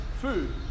food